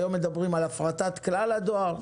היום מדברים על הפרטת כלל הדואר.